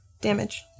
damage